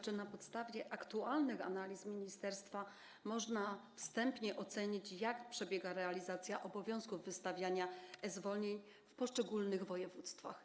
Czy na podstawie aktualnych analiz ministerstwa można wstępnie ocenić, jak przebiega realizacja obowiązku wystawiania e-zwolnień w poszczególnych województwach?